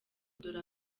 dore